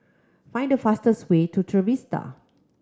find the fastest way to Trevista